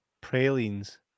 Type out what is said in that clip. Pralines